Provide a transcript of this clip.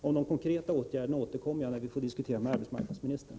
Jag återkommer till frågan om de konkreta åtgärderna i en diskussion med arbetsmarknadsministern.